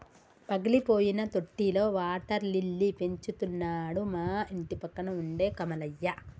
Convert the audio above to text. పగిలిపోయిన తొట్టిలో water lily పెంచుతున్నాడు మా ఇంటిపక్కన ఉండే కమలయ్య